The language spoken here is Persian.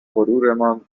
غرورمان